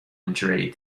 injury